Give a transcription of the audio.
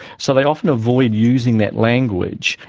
so they often avoid using that language,